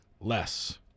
less